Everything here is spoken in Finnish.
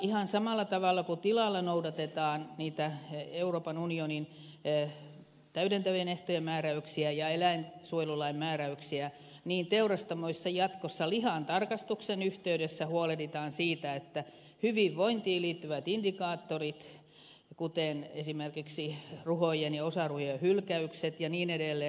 ihan samalla tavalla kuin tilalla noudatetaan niitä euroopan unionin täydentävien ehtojen määräyksiä ja eläinsuojelulain määräyksiä teurastamoissa jatkossa lihantarkastuksen yhteydessä huolehditaan siitä että hyvinvointiin liittyvät indikaattorit kuten esimerkiksi ruhojen ja osaruhojen hylkäykset ja niin edelleen